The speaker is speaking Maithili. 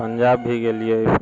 पंजाब भी गेलियै